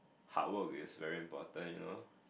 hard work is very important you know